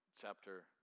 chapter